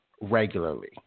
regularly